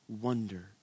wonder